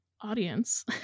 audience